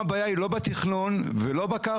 היום הבעיה היא לא בתכנון, ולא בקרקע.